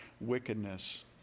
wickedness